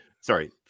Sorry